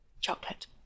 chocolate